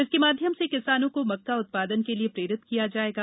इसके माध्यम से किसानों को मक्का उत्पादन के लिये प्रेरित किया जाएगा